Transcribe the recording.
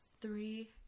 Three